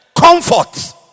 Comfort